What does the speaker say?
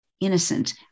innocent